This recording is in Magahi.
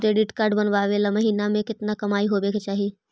क्रेडिट कार्ड बनबाबे ल महीना के केतना कमाइ होबे के चाही?